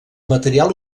material